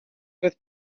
with